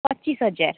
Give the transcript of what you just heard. ପଚିଶ ହଜାର